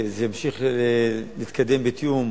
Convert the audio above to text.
זה ימשיך להתקדם בתיאום,